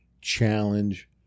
Challenge